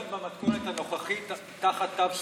הבחינות במתכונת הנוכחית תחת תו סגול.